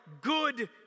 good